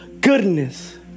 goodness